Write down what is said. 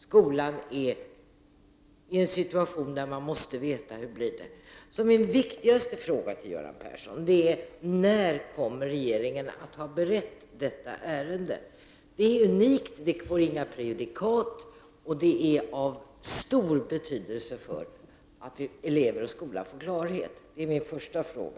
Skolan befinner sig i en situation där man måste veta hur det blir. Min viktigaste fråga till Göran Persson är: När kommer regeringen att ha berett detta ärende? Det är unikt, det får inga prejudikat och det är av stor betydelse att elever och skola får klarhet. Detta är min första fråga.